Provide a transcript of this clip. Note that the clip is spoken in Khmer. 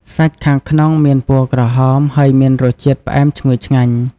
សាច់ខាងក្នុងមានពណ៌ក្រហម ហើយមានរសជាតិផ្អែមឈ្ងុយឆ្ងាញ់។